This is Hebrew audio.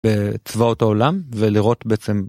בצבאות העולם ולראות בעצם.